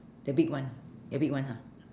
the big one your big one ha